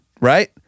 right